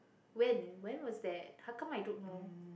when when was that how come I don't know